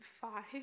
five